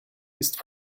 ist